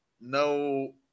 no